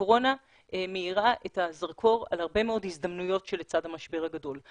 הקורונה מאירה את הזרקור על הרבה מאוד הזדמנויות שלצד המשבר הגדול.